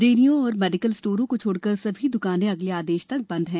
डेयरियों और मेडिकल स्टोरों को छोड़कर सभी द्कानें अगले आदेश तक बंद हैं